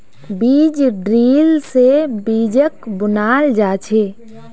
बीज ड्रिल से बीजक बुनाल जा छे